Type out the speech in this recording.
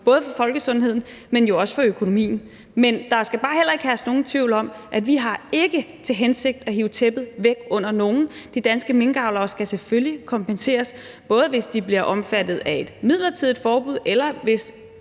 både for folkesundheden, men jo også for økonomien. Men der skal bare heller ikke herske nogen tvivl om, at vi ikke har til hensigt at hive tæppet væk under nogen. De danske minkavlere skal selvfølgelig kompenseres, både hvis de bliver omfattet af et midlertidigt forbud, eller hvis